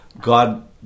God